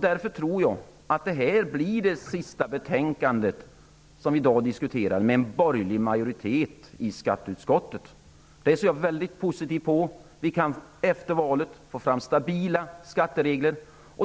Därför tror jag att det betänkande som vi i dag diskuterar blir det sista från skatteutskottet med borgerlig majoritet. Det ser jag mycket positivt på. Vi kan efter valet få fram stabila skatteregler.